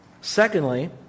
Secondly